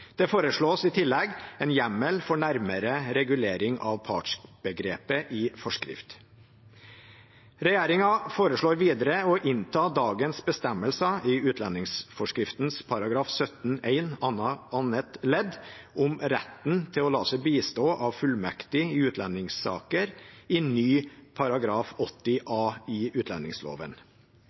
Det foreslås i tillegg en hjemmel for nærmere regulering av partsbegrepet i forskrift. Regjeringen foreslår videre å innta dagens bestemmelser i utlendingsforskriften § 17-1 annet ledd, om retten til å la seg bistå av fullmektig i utlendingssaker, i ny § 80 a i utlendingsloven.